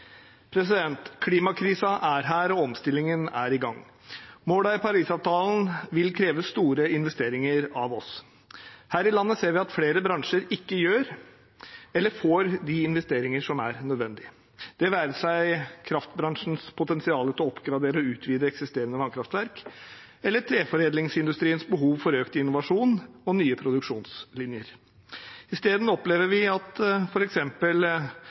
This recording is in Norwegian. er her, og omstillingen er i gang. Målene i Parisavtalen vil kreve store investeringer av oss. Her i landet ser vi at flere bransjer ikke gjør eller får de investeringer som er nødvendig – det være seg kraftbransjens potensial til å oppgradere og utvide eksisterende vannkraftverk eller treforedlingsindustriens behov økt innovasjon og nye produksjonslinjer. I stedet opplever vi f.eks. at